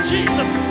Jesus